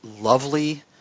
lovely